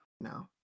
no